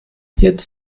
jetzt